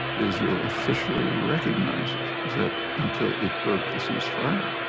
israel officially recognizes that until it broke the ceasefire,